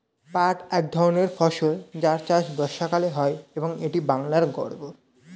পাট এক ধরনের ফসল যার চাষ বর্ষাকালে হয় এবং এটি বাংলার গর্ব